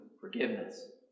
forgiveness